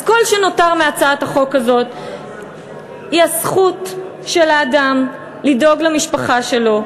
אז כל שנותר מהצעת החוק הזאת הוא הזכות של האדם לדאוג למשפחה שלו,